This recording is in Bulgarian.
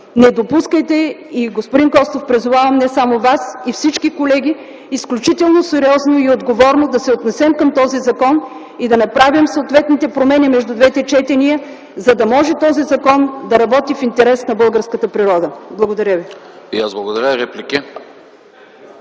Призовавам господин Костов и всички колеги изключително сериозно и отговорно да се отнесем към този закон и да направим съответните промени между двете четения, за да може този закон да работи в интерес на българската природа. Благодаря ви.